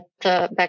back